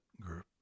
group